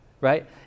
right